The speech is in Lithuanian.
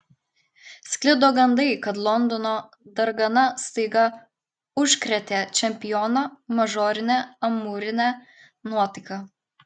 sklido gandai kad londono dargana staiga užkrėtė čempioną mažorine amūrine nuotaika